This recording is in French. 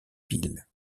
piles